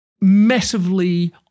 massively